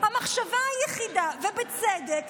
המחשבה היחידה ובצדק,